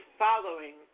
following